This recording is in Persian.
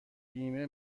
بیمه